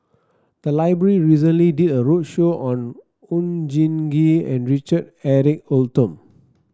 the library recently did a roadshow on Oon Jin Gee and Richard Eric Holttum